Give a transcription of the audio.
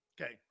Okay